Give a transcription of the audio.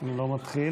מיכאלי,